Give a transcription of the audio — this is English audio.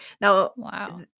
Now